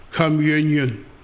communion